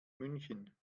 münchen